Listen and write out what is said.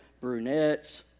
brunettes